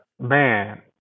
Man